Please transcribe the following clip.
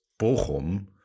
Bochum